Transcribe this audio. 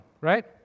right